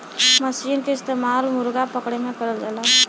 मसीन के इस्तेमाल मुरगा पकड़े में करल जाला